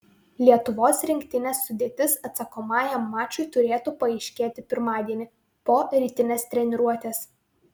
lietuvos rinktinės sudėtis atsakomajam mačui turėtų paaiškėti pirmadienį po rytinės treniruotės